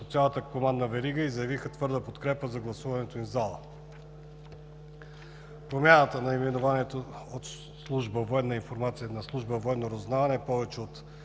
по цялата командна верига, и заявиха твърда подкрепа за гласуването им в залата. Промяната на наименованието от Служба „Военна информация“ на Служба „Военно разузнаване“ е повече от